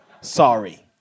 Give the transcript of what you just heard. Sorry